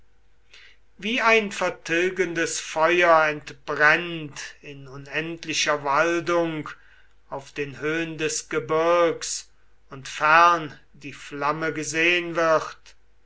wie ein vertilgendes feuer entbrennt in unendlicher waldung auf den höhn des gebirgs und fern die flamme gesehn wird